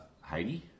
Heidi